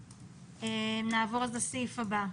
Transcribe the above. נעבור לסעיף הבא.